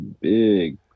big